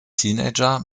teenager